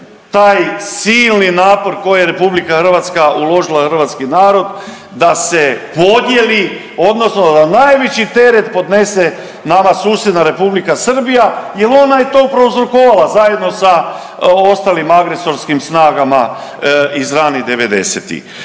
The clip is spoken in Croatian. taj silini napor koji RH uložila u hrvatski narod da se podijeli odnosno da najviši teret podnese nama susjedna Republika Srbija jer ona je to prouzrokovala zajedno sa ostalim agresorskim snagama iz ranih'90.-ih.